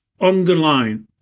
underline